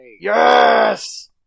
yes